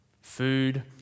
Food